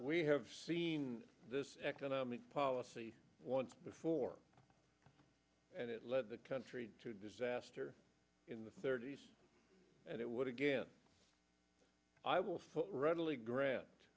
we have seen economic policy before and it led the country to disaster in the thirty's and it would again i will readily grant